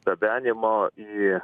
gabenimo į